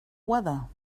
weather